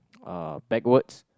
uh backwards